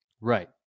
Right